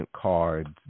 cards